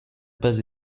pas